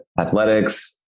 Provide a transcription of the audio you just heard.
Athletics